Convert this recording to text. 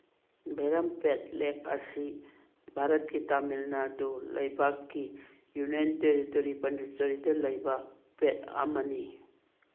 ꯚꯦꯔꯝꯄꯦꯠ ꯂꯦꯛ ꯑꯁꯤ ꯚꯥꯔꯠꯀꯤ ꯇꯥꯃꯤꯜ ꯅꯥꯗꯨ ꯂꯩꯕꯥꯛꯀꯤ ꯌꯨꯅꯤꯌꯟ ꯇꯦꯔꯤꯇꯣꯔꯤ ꯄꯨꯗꯨꯆꯦꯔꯤꯗ ꯂꯩꯕ ꯄꯦꯠ ꯑꯃꯅꯤ